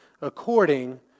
according